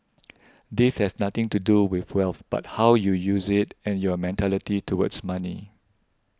this has nothing to do with wealth but how you use it and your mentality towards money